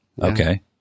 okay